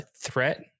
threat